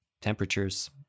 temperatures